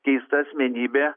keista asmenybė